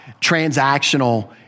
transactional